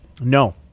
No